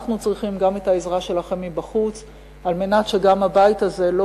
אנחנו צריכים גם את העזרה שלכם מבחוץ על מנת שהבית הזה לא